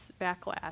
backlash